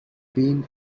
been